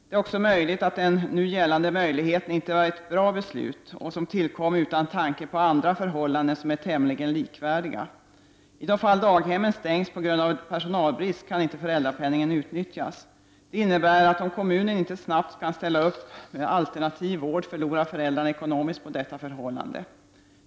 Det är också möjligt att den nu gällande möjligheten inte var ett bra beslut och att den tillkom utan tanke på andra, tämligen likvärdiga förhållanden. I de fall daghemmen stängs på grund av personalbrist kan inte föräldrapenningen utnyttjas. Det innebär att föräldrarna förlorar ekonomiskt på detta förhållande, om kommunen inte snabbt kan ställa upp med alternativ vård.